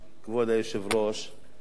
כבוד היושב-ראש,